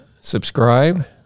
subscribe